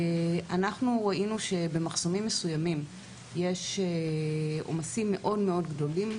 ראינו שבמחסומים מסוימים יש בעת האחרונה עומסים מאוד-מאוד גדולים,